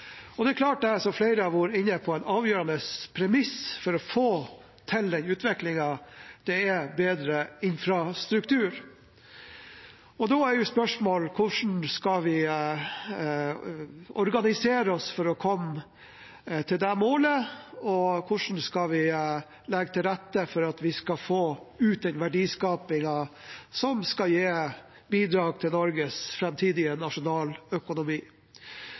å få til den utviklingen er en bedre infrastruktur. Da er spørsmålet: Hvordan skal vi organisere oss for å komme til det målet, og hvordan skal vi legge til rette for at vi skal få ut den verdiskapingen som skal gi bidrag til Norges